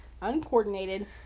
Uncoordinated